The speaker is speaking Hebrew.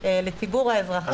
לציבור האזרחים,